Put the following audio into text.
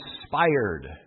inspired